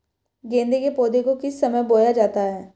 गेंदे के पौधे को किस समय बोया जाता है?